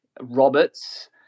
Roberts